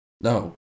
No